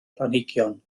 planhigion